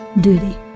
duty